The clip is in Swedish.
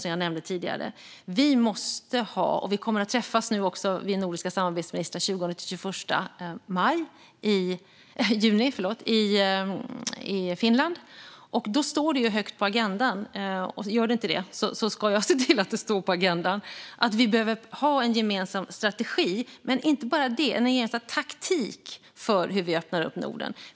Vi nordiska samarbetsministrar kommer att träffas den 20-21 juni i Finland. Då står det högt på agendan - om det inte gör det ska jag se till att det gör det - att vi behöver ha en gemensam strategi, men inte bara det utan också en gemensam taktik för hur vi ska öppna upp Norden.